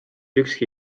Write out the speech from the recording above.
ükski